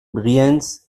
briens